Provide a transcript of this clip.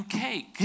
cake